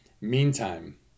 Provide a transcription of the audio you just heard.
Meantime